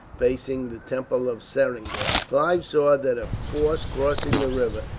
facing the temple of seringam. clive saw that a force crossing the river,